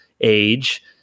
age